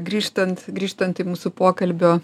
grįžtant grįžtant į mūsų pokalbio